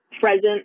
present